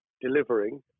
delivering